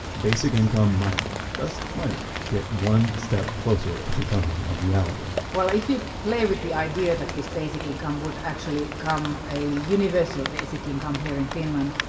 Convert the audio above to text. basic income might just might get one step closer to becoming a reality well, if you play with the idea that this basic income would actually come a universal basic income here in finland,